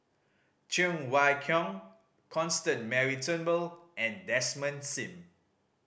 Cheng Wai Keung Constance Mary Turnbull and Desmond Sim